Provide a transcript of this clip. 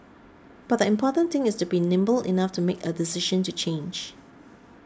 but the important thing is to be nimble enough to make a decision to change